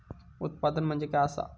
उत्पादन म्हणजे काय असा?